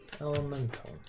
Elemental